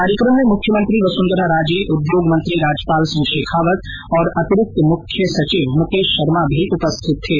कार्यकम में मुख्यमंत्री वसुंधरा राजे उद्योग मंत्री राजपाल सिंह शेखावत और अतिरिक्त मुख्य सचिव मुकेष शर्मा भी उपस्थित थे